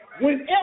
Whenever